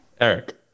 Eric